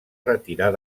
retirar